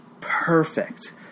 perfect